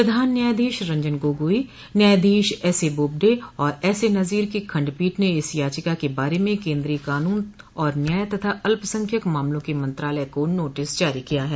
प्रधान न्यायाधीश रंजन गोगोई न्यायधीश S A Bobde और एस ए नजीर की खंडपीठ ने इस याचिका के बारे में केंद्रीय कानून और न्याय तथा अल्पसंख्यक मामलों के मंत्रालय को नोटिस जारी किया है